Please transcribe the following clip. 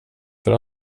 för